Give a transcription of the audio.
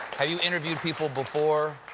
have you interviewed people before?